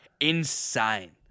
insane